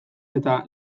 eta